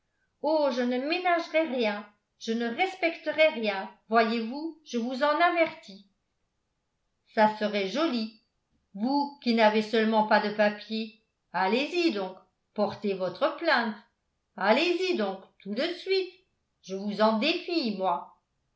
oh je ne ménagerai rien je ne respecterai rien voyez-vous je vous en avertis ça serait joli vous qui n'avez seulement pas de papiers allez-y donc porter votre plainte allez-y donc tout de suite je vous en défie moi